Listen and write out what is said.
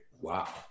wow